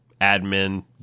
admin